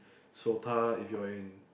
Sota if you're in